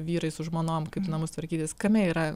vyrai su žmonom kaip namus tvarkytis kame yra